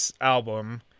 album